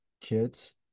kids